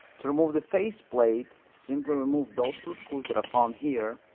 to remove the faceplate simply remove those two screws that are found here.